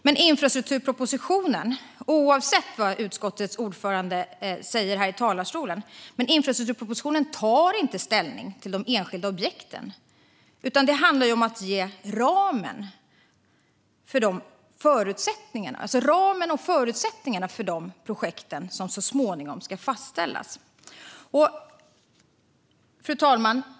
Men oavsett vad utskottets ordförande säger här i talarstolen tar infrastrukturpropositionen inte ställning till de enskilda objekten, utan det handlar om att ge ramen och förutsättningarna för de projekt som så småningom ska fastställas. Fru talman!